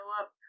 up